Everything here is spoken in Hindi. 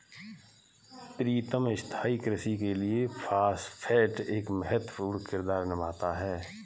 प्रीतम स्थाई कृषि के लिए फास्फेट एक महत्वपूर्ण किरदार निभाता है